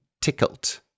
tickled